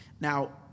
now